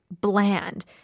bland